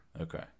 Okay